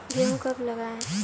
गेहूँ कब लगाएँ?